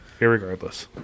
Irregardless